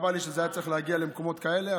וחבל לי שזה היה צריך להגיע למקומות כאלה,